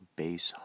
base